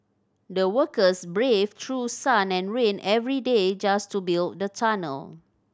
the workers braved through sun and rain every day just to build the tunnel